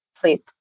sleep